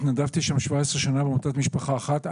התנדבתי שם 17 שנים בעמותת משפחה אחת.